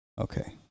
Okay